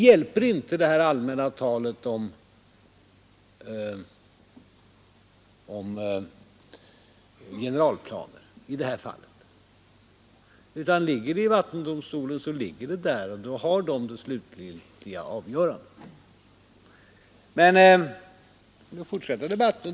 Det allmänna talet om generalplaner hjälper inte i det här fallet. Ligger ärendet i vattendomstolen då har den det slutgiltiga avgörandet.